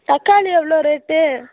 தக்காளி எவ்வளோ ரேட்டு